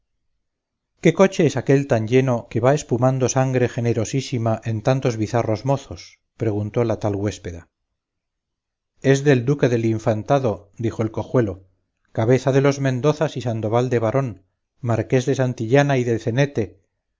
qué coche es aquél tan lleno que va espumando sangre generosísima en tantos bizarros mozos preguntó la tal güéspeda es del duque del infantado dijo el cojuelo cabeza de los mendozas y sandoval de varón marqués de santillana y del cenete